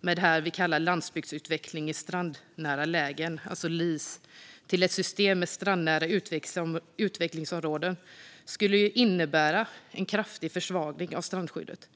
med landsbygdsutveckling i strandnära lägen, LIS, till ett system med strandnära utvecklingsområden skulle innebära en kraftig försvagning av strandskyddet.